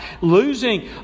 losing